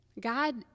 God